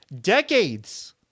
decades